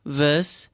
verse